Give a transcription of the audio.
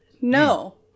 No